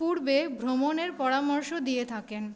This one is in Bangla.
পূর্বে ভ্রমণের পরামর্শ দিয়ে থাকেন